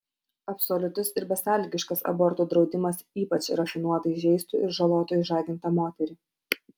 absoliutus ir besąlygiškas abortų draudimas ypač rafinuotai žeistų ir žalotų išžagintą moterį